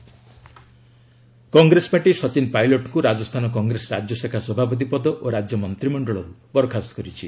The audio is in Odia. ଗୋବିନ୍ଦ ସିଂହ ଡୋଟାସରା କଂଗ୍ରେସ ପାର୍ଟି ସଚିନ୍ ପାଇଲଟଙ୍କୁ ରାଜସ୍ଥାନ କଂଗ୍ରେସ ରାଜ୍ୟଶାଖା ସଭାପତି ପଦ ଓ ରାଜ୍ୟ ମନ୍ତ୍ରିମଣ୍ଡଳରୁ ବରଖାସ୍ତ କରିଛି